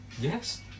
Yes